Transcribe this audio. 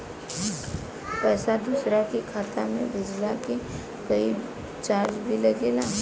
पैसा दोसरा के खाता मे भेजला के कोई चार्ज भी लागेला?